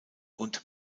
und